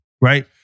right